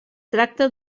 tracta